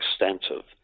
extensive